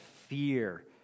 fear